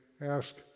Ask